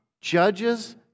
judges